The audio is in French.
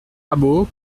rabault